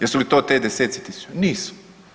Jesu li to ti deseci tisuća, nisu.